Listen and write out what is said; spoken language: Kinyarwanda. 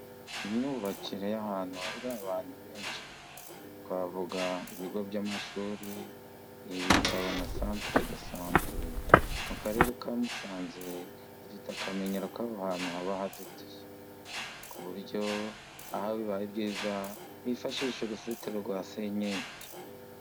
Imyubakire y'ahantu hahurira abantu benshi, twavuga ibigo by'amashuri, ibitaro na santeredosante, mu karere ka Musanze dufite akamenyero ko aho hantu haba hazitiye. ku buryo aho bibaye byiza, bifashisha uruzitiro rwa senyengi.